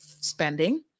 spending